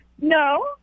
No